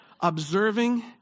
observing